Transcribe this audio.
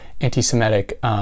anti-Semitic